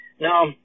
Now